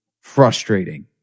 frustrating